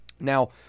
Now